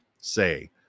say